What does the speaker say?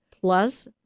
plus